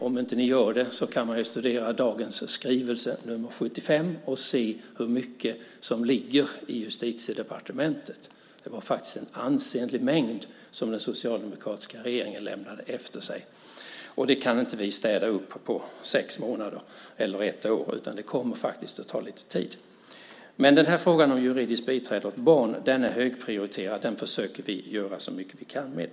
Om ni inte gör det kan ni studera dagens skrivelse nr 75 och se hur mycket som ligger hos Justitiedepartementet. Den socialdemokratiska regeringen lämnade faktiskt efter sig en ansenlig mängd. Det kan vi inte städa upp på sex månader eller ett år, utan det kommer att ta lite tid. Frågan om juridiskt biträde åt barn är dock högprioriterad, och den försöker vi att göra så mycket som vi kan med.